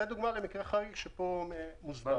זאת דוגמה למקרה חריג שפה מוסדר.